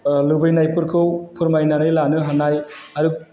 लुबैनायफोरखौ फोरमायनानै लानो हानाय आरो